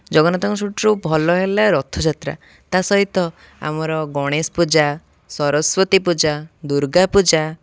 ଜଗନ୍ନାଥଙ୍କ ସେଠିରୁ ଭଲ ହେଲା ରଥଯାତ୍ରା ତା'ସହିତ ଆମର ଗଣେଶ ପୂଜା ସରସ୍ଵତୀ ପୂଜା ଦୁର୍ଗା ପୂଜା